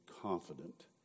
confident